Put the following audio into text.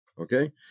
okay